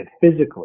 physically